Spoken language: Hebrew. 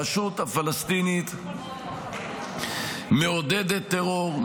הרשות הפלסטינית מעודדת טרור,